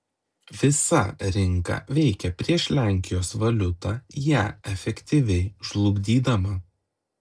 visa rinka veikė prieš lenkijos valiutą ją efektyviai žlugdydama